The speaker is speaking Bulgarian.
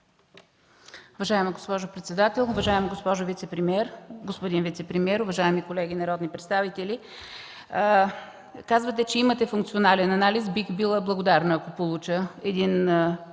Уважаема госпожо председател, уважаема госпожо вицепремиер, господин вицепремиер, уважаеми народни представители! Казвате, че имате функционален анализ. Бих била благодарна да получа един